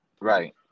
Right